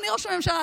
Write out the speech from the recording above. אדוני ראש הממשלה?